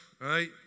right